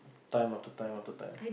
time after time after time